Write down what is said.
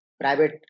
private